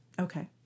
Okay